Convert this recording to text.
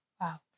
Wow